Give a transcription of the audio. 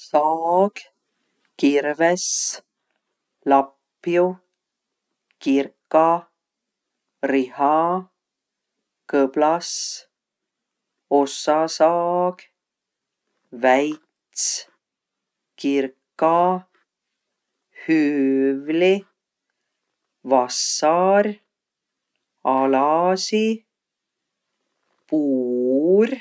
Saag, kirves, lapju, kirka, riha, kõblas, ossasaag, väits, kirka, hüüvli, vassar, alasi, puur.